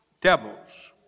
devils